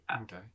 Okay